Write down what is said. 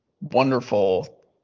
wonderful